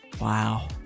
wow